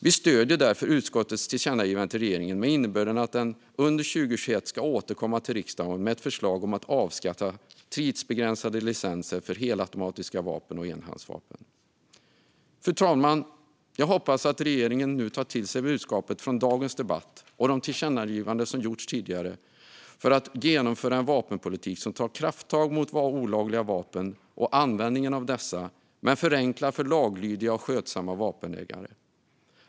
Vi stöder därför utskottets tillkännagivande till regeringen med innebörden att den under 2021 ska återkomma till riksdagen med ett förslag om att avskaffa tidsbegränsade licenser för helautomatiska vapen och enhandsvapen. Fru talman! Jag hoppas att regeringen nu tar till sig budskapet från dagens debatt och de tillkännagivanden som gjorts tidigare för att genomföra en vapenpolitik som tar krafttag mot olagliga vapen och användningen av dessa men förenklar för laglydiga och skötsamma vapenägare.